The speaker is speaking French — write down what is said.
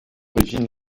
d’origine